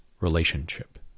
relationship